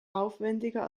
aufwendiger